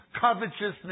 covetousness